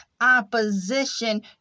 opposition